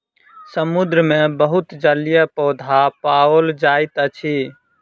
समुद्र मे बहुत जलीय पौधा पाओल जाइत अछि